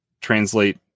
translate